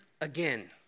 again